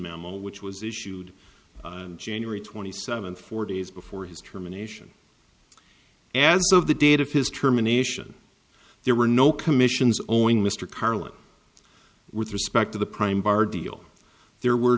memo which was issued january twenty seventh four days before his term a nation as of the date of his terminations there were no commissions owing mr carlin with respect to the prime bar deal there were